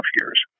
years